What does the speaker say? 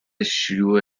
شیوع